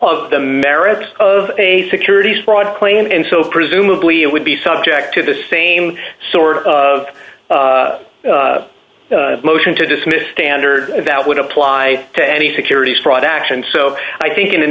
of the merits of a securities fraud plain and so presumably it would be subject to the same sort of motion to dismiss standard that would apply to any securities fraud action so i think in an